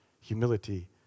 Humility